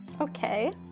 Okay